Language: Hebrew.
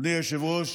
אדוני היושב-ראש,